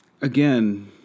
Again